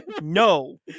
no